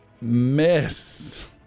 Miss